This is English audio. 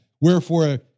wherefore